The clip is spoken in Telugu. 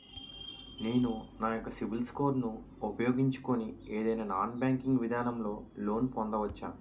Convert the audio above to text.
నేను నా యెక్క సిబిల్ స్కోర్ ను ఉపయోగించుకుని ఏదైనా నాన్ బ్యాంకింగ్ విధానం లొ లోన్ పొందవచ్చా?